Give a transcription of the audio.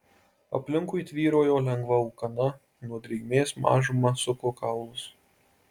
aplinkui tvyrojo lengva ūkana nuo drėgmės mažumą suko kaulus